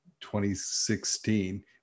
2016